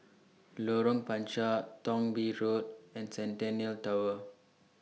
Lorong Panchar Thong Bee Road and Centennial Tower